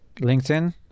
linkedin